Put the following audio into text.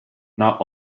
not